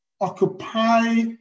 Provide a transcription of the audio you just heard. occupy